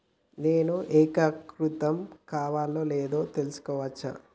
నేను ఏకీకృతం కావాలో లేదో ఎలా తెలుసుకోవచ్చు?